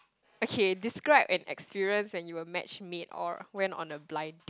okay describe an experience when you were matchmade or went on a blind